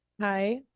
Hi